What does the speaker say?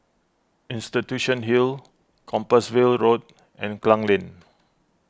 Institution Hill Compassvale Road and Klang Lane